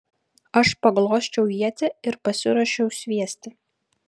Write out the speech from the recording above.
aš paglosčiau ietį ir pasiruošiau sviesti